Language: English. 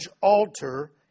altar